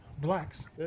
Blacks